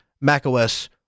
macOS